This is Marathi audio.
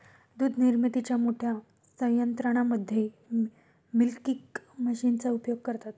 दूध निर्मितीच्या मोठ्या संयंत्रांमध्ये मिल्किंग मशीनचा उपयोग करतात